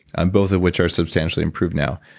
and both of which are substantially improved now.